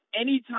Anytime